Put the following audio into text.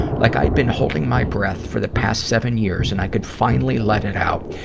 like i'd been holding my breath for the past seven years, and i could finally let it out.